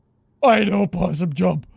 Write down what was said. i know possum jump!